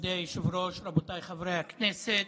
מכובדי היושב-ראש, רבותיי חברי הכנסת,